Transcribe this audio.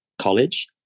college